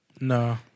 No